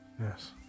Yes